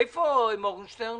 איפה מורגנשטרן?